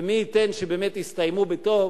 ומי ייתן שבאמת יסתיימו בטוב.